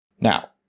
Now